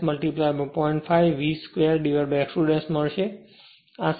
5 V 2x 2 મળશે